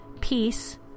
peace